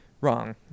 Wrong